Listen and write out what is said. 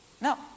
No